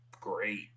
great